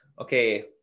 Okay